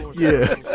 yeah